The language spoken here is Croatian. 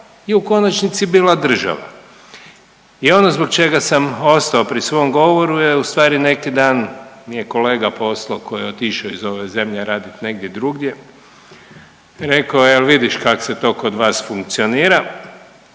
je u konačnici bila država. I ono zbog čega sam ostao pri svom govoru je u stvari neki dan mi je kolega poslao koji je otišao iz ove zemlje radit negdje drugdje rekao jel' vidiš kak' se to kod vas funkcionira.